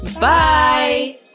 Bye